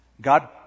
God